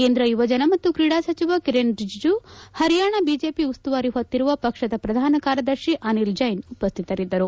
ಕೇಂದ್ರ ಯುವಜನ ಮತ್ತು ಕ್ರೀಡಾ ಸಚಿವ ಕಿರೇನ್ ರಿಜಿಜು ಹರಿಯಾಣ ಬಿಜೆಪಿ ಉಸ್ತುವಾರಿ ಹೊತ್ತಿರುವ ಪಕ್ಷದ ಪ್ರದಾನ ಕಾರ್ಯದರ್ತಿ ಅನಿಲ್ ಜೈನ್ ಉಪಸ್ತಿತರಿದ್ದರು